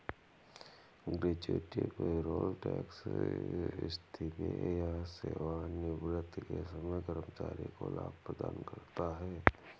gratuity payroll tax इस्तीफे या सेवानिवृत्ति के समय कर्मचारी को लाभ प्रदान करता है